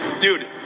Dude